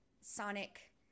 Sonic